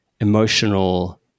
emotional